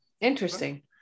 interesting